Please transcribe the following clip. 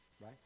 right